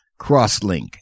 Crosslink